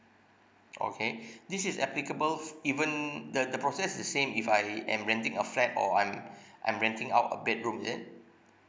okay this is applicable f~ even the the process is the same if I am renting a flat or I'm I'm renting out a bedroom is it